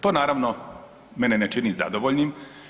To naravno mene ne čini zadovoljnim.